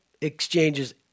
exchanges